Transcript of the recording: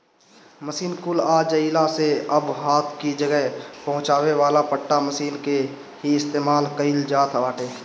machine कुल आ जइला से अब हाथ कि जगह पहुंचावे वाला पट्टा मशीन कअ ही इस्तेमाल कइल जात बाटे